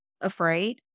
afraid